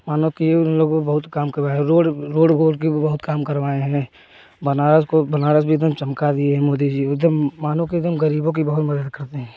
मानो कि हम लोगों को बहुत काम हुआ है रोड रोड वोड की बहुत काम करवाए हैं बनारस को बनारस भी एक दम चमका दिए है मोदी जी एक दम मानों की एक दम गरीबों की बहुत मदद करते हैं